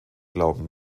glauben